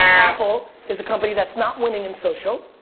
apple is a company that's not winning in social,